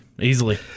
easily